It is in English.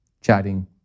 chatting